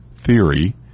theory